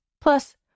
Plus